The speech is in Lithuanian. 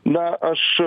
na aš